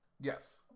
Yes